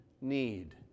need